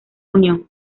unión